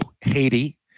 Haiti